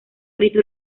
frito